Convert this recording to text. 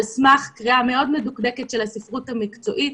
על סמך קריאה מאוד מדוקדקת של הספרות המקצועית,